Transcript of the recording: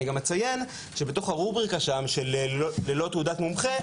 אני גם אציין שבתוך הרובריקה של "ללא תעודת מומחה"